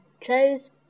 close